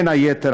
בין היתר,